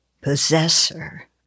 possessor